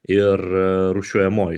ir rūšiuojamoji